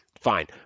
Fine